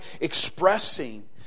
expressing